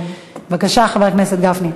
בבקשה, חבר הכנסת גפני.